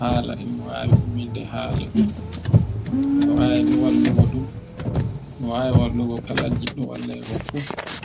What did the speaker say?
hala, e mi wawi umminde hala, e mi wawi walango hannde fu.